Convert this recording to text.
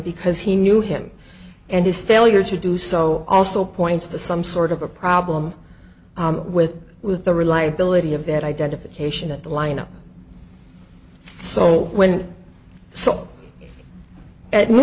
because he knew him and his failure to do so also points to some sort of a problem with with the reliability of that identification at the lineup so when